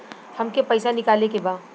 हमके पैसा निकाले के बा